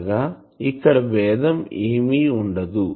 అనగా ఇక్కడ బేధం ఏమి ఉండదు